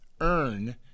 earn